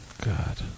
God